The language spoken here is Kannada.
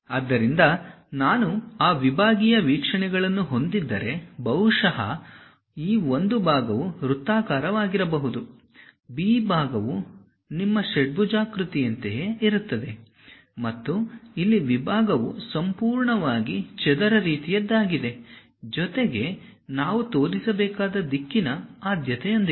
ಆದ್ದರಿಂದ ನಾನು ಆ ವಿಭಾಗೀಯ ವೀಕ್ಷಣೆಗಳನ್ನು ಹೊಂದಿದ್ದರೆ ಬಹುಶಃ ಈ ಒಂದು ಭಾಗವು ವೃತ್ತಾಕಾರವಾಗಿರಬಹುದು B ಭಾಗವು ನಿಮ್ಮ ಷಡ್ಭುಜಾಕೃತಿಯಂತೆಯೇ ಇರುತ್ತದೆ ಮತ್ತು ಇಲ್ಲಿ ವಿಭಾಗವು ಸಂಪೂರ್ಣವಾಗಿ ಚದರ ರೀತಿಯದ್ದಾಗಿದೆ ಜೊತೆಗೆ ನಾವು ತೋರಿಸಬೇಕಾದ ದಿಕ್ಕಿನ ಆದ್ಯತೆಯೊಂದಿಗೆ